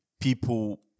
people